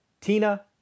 Tina